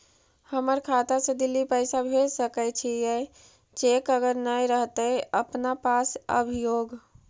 हमर खाता से दिल्ली पैसा भेज सकै छियै चेक अगर नय रहतै अपना पास अभियोग?